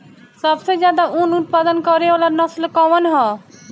सबसे ज्यादा उन उत्पादन करे वाला नस्ल कवन ह?